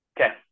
Okay